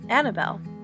Annabelle